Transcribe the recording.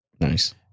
Nice